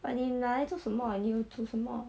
but 你来做什么你有煮什么